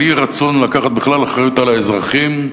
על אי-רצון לקחת בכלל אחריות על האזרחים,